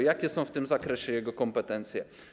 Jakie są w tym zakresie jego kompetencje?